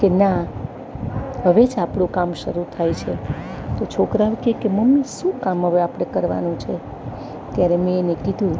કે ના હવે જ આપણું કામ શરૂ થાય છે તો છોકરા કે મમ્મી શું કામ હવે આપણે કરવાનું છે ત્યારે મેં એને કીધું